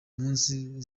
munsi